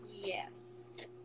yes